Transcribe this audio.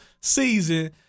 season